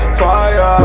fire